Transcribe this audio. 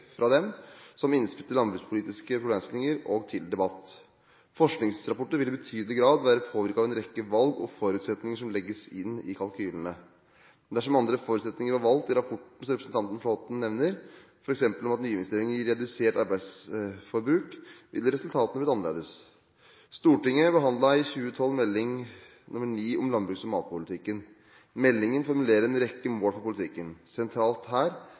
fra dem som innspill til landbrukspolitiske problemstillinger og til debatt. Forskningsrapporter vil i betydelig grad være påvirket av en rekke valg og forutsetninger som legges inn i kalkylene. Dersom andre forutsetninger var valgt i rapporten, som representanten Flåtten nevner, f.eks. om at nyinvesteringer gir redusert arbeidsforbruk, ville resultatene blitt annerledes. Stortinget behandlet i 2012 melding nr. 9 om landbruks- og matpolitikken. Meldingen formulerer en rekke mål for politikken. Sentralt her